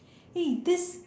eh this